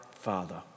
Father